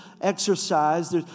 exercise